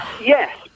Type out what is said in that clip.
Yes